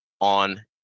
on